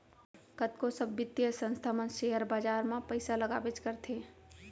कतको सब बित्तीय संस्था मन सेयर बाजार म पइसा लगाबेच करथे